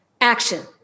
Action